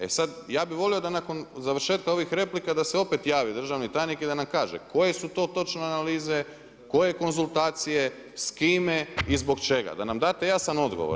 E sada ja bih volio da nakon završetaka ovih replika da se opet javi državni tajnik i da nam kaže, koje su to točno analize, koje konzultacije, s kime i zbog čega, da nam date jasan odgovor.